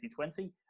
2020